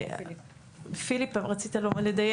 פיליפ, רצית לדייק.